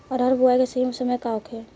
अरहर बुआई के सही समय का होखे?